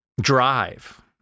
drive